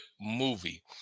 movie